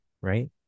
right